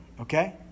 Okay